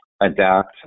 adapt